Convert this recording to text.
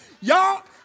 Y'all